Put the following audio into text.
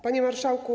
Panie Marszałku!